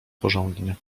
porządnie